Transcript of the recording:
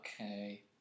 Okay